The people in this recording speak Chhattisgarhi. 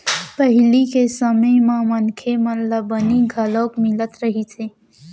पहिली के समे म मनखे मन ल बनी घलोक मिलत रहिस हे